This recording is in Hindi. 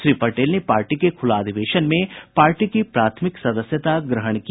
श्री पटेल ने पार्टी के खूला अधिवेशन में प्राथमिक सदस्यता ग्रहण की